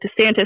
DeSantis